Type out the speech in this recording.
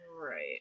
right